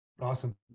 Awesome